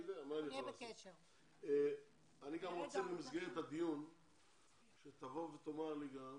אני גם רוצה במסגרת הדיון שתאמר לי,